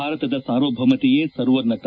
ಭಾರತದ ಸಾರ್ವಭೌಮತೆಯೆ ಸರ್ವೋನ್ನತ